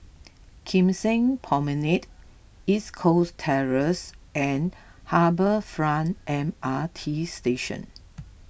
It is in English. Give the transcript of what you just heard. Kim Seng Promenade East Coast Terrace and Harbour Front M R T Station